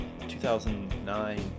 2009